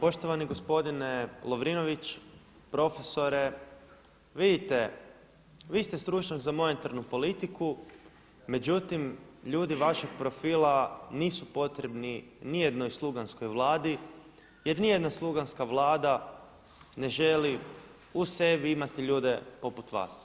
Poštovani gospodine Lovrinović, profesore vidite vi ste stručnjak za monetarnu politiku međutim ljudi vašeg profila nisu potrebni ni jednoj sluganskoj Vladi jer ni jedna sluganska Vlada ne želi u sebi imati ljude poput vas,